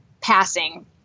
passing